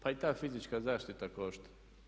Pa i ta fizička zaštita košta.